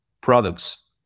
products